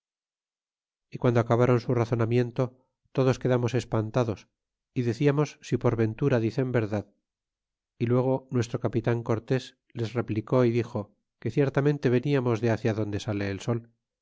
y guando acabaron su razonamiento todos quedamos espantados y deciamos si por ventura dicen verdad y luego nuestro capitan cortes les replicó y dixo que ciertamente veniamos de ácia dondo sale el sol